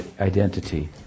identity